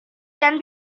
can